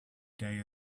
day